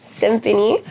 symphony